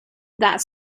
that